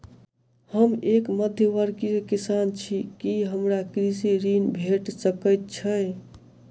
हम एक मध्यमवर्गीय किसान छी, की हमरा कृषि ऋण भेट सकय छई?